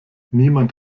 niemand